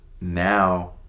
Now